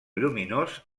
lluminós